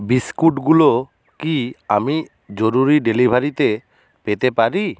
বিস্কুটগুলো কি আমি জরুরি ডেলিভারিতে পেতে পারি